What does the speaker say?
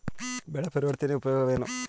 ಬೆಳೆ ಪರಿವರ್ತನೆಯ ಉಪಯೋಗವೇನು?